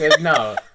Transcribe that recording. No